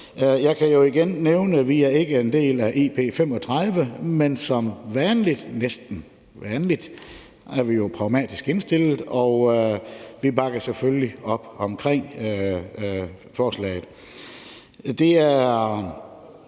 Jeg kan igen nævne, at vi ikke er en del af »Aftale om Infrastrukturplan 2035«, men som vanligt er vi jo pragmatisk indstillet, og vi bakker selvfølgelig op om forslaget. Desuden